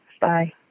Bye